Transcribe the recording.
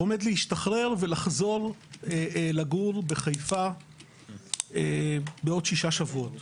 עומד להשתחרר ולחזור לגור בחיפה בעוד שישה שבועות.